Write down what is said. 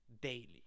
daily